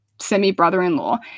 semi-brother-in-law